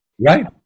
Right